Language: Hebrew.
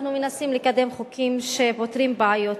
אנחנו מנסים לקדם חוקים שפותרים בעיות.